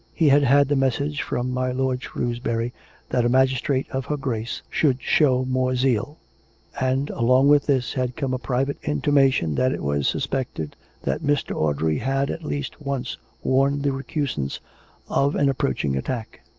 he had had the message from my lord shrewsbury that a magistrate of her grace should show more zeal and, along with this, had come a private intimation that it was suspected that mr. audrey had at least once warned the recusants of an approaching attack.